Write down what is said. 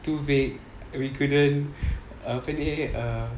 too vague we couldn't apa ni err